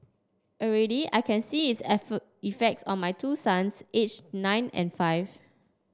already I can see its effort effects on my two sons age nine and five